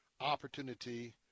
opportunity